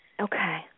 Okay